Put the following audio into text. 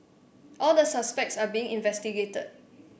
all the suspects are being investigated